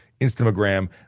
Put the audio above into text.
Instagram